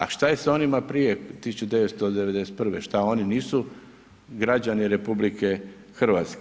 A što se s onima prije 1991.? što oni nisu građani RH?